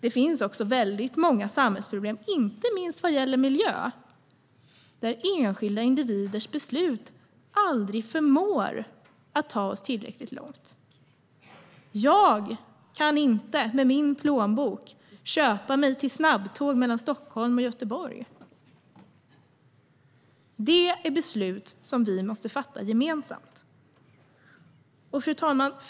Det finns dessutom många samhällsproblem, inte minst vad gäller miljön, där enskilda individers beslut aldrig förmår att ta oss tillräckligt långt. Jag kan med min plånbok inte köpa mig till snabbtåg mellan Stockholm och Göteborg. Detta är beslut som vi gemensamt måste fatta. Fru talman!